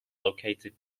located